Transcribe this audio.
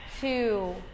two